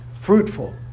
Fruitful